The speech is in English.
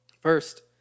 First